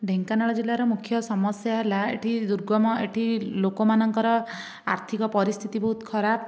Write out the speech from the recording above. ଢେଙ୍କାନାଳ ଜିଲ୍ଲାର ମୁଖ୍ୟ ସମସ୍ୟା ହେଲା ଏଇଠି ଦୁର୍ଗମ ଏଇଠି ଲୋକମାନଙ୍କର ଆର୍ଥିକ ପରିସ୍ଥିତି ବହୁତ ଖରାପ